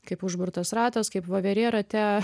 kaip užburtas ratas kaip voverė rate